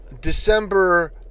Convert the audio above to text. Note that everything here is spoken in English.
December